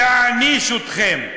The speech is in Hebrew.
יעניש אתכם.